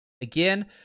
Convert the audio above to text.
again